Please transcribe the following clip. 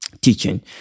teaching